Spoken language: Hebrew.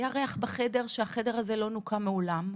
היה ריח בחדר של חדר שלא נוקה מעולם.